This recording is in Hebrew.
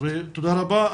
תודה רבה.